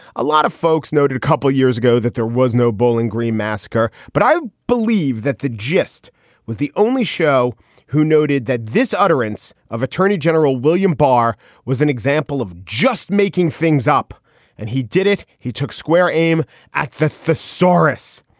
a lot of folks noted a couple of years ago that there was no bowling green massacre. but i believe that the gist was the only show who noted that this utterance of a. attorney general william barr was an example just making things up and he did it. he took square aim at the thesaurus.